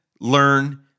learn